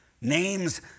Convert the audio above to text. Names